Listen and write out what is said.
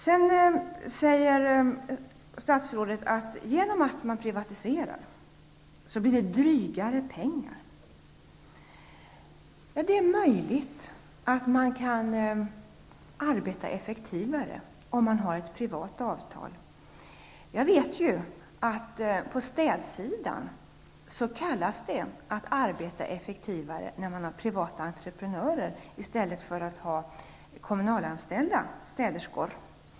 Statsrådet säger att pengarna blir dyrare genom att man privatiserar. Det är möjligt att det går att arbeta effektivare under ett privat avtal. På städsidan kallas det att arbeta effektivare när man anlitar privata entreprenörer i stället för kommunalanställda städerskor.